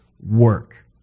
work